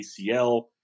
ACL